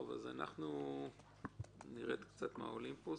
אנחנו נרד קצת מהאולימפוס,